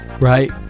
Right